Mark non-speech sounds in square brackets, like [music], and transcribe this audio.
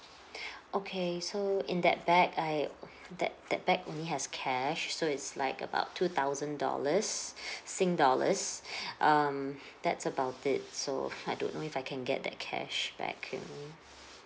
[breath] okay so in that bag I [breath] that that bag only has cash so is like about two thousand dollars sing dollars [breath] um that's about it so I don't know if I can get that cashback you know